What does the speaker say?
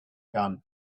gun